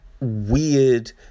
weird